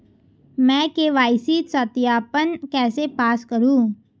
मैं के.वाई.सी सत्यापन कैसे पास करूँ?